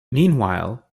meanwhile